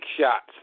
shots